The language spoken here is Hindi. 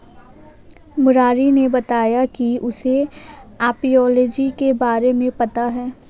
मुरारी ने बताया कि उसे एपियोलॉजी के बारे में पता है